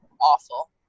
awful